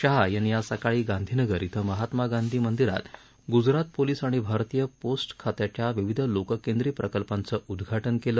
शाह यांनी आज सकाळी गांधीनगर श्विं महात्मा गांधी मंदिरात गुजरात पोलीस आणि भारतीय पोस्ट खात्याच्या विविध लोककेंद्री प्रकल्पांचं उद्घाटन केलं